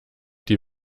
die